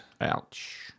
Ouch